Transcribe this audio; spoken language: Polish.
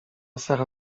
sara